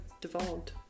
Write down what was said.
devolved